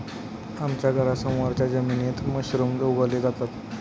आमच्या घरासमोरच्या जमिनीत मशरूम उगवले जातात